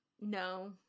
no